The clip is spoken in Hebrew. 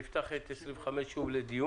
נפתח את סעיף 25 לדיון.